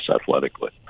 athletically